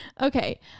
Okay